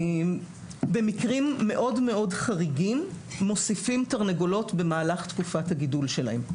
במקרים מאוד מאוד חריגים מוסיפים תרנגולות במהלך תקופת הגידול שלהן.